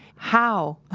how?